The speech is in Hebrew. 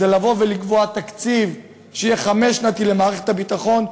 זה לבוא ולקבוע תקציב חמש-שנתי למערכת הביטחון,